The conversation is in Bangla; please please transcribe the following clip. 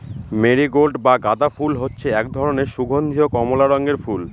মেরিগোল্ড বা গাঁদা ফুল হচ্ছে এক ধরনের সুগন্ধীয় কমলা রঙের ফুল